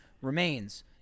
remains